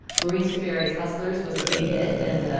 lorene scafaria hustler's was a big hit. and,